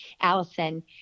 Allison